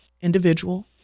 individual